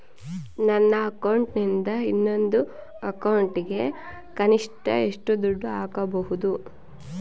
ನನ್ನ ಅಕೌಂಟಿಂದ ಇನ್ನೊಂದು ಅಕೌಂಟಿಗೆ ಕನಿಷ್ಟ ಎಷ್ಟು ದುಡ್ಡು ಹಾಕಬಹುದು?